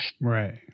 Right